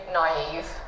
naive